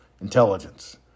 intelligence